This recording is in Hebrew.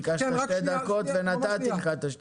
ביקשת שתי דקות ונתתי לך את שתי הדקות.